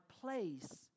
place